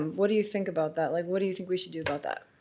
what do you think about that? like, what do you think we should do about that?